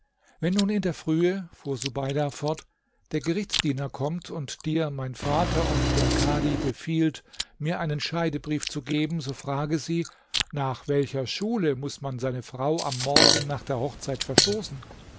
wenn nun in der frühe fuhr subeida fort der gerichtsdiener kommt und dir mein vater und der kadhi befiehlt mir einen scheidebrief zu geben so frage sie nach welcher schule muß man seine frau am morgen nach der hochzeit verstoßen